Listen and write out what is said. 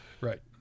Right